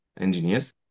engineers